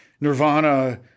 Nirvana